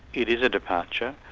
it is a departure.